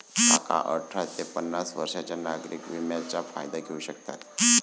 काका अठरा ते पन्नास वर्षांच्या नागरिक विम्याचा फायदा घेऊ शकतात